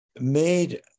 made